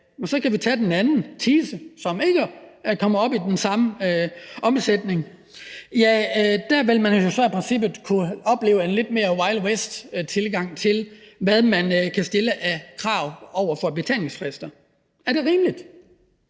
på 60 dage, og så Thise, som ikke kommer op i den samme omsætning, og der vil man jo så i princippet kunne opleve en lidt mere wild west-agtig tilgang til, hvad man kan stille af krav til betalingsfrister. Er det rimeligt?